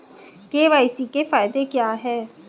KYC के फायदे क्या है?